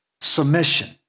submission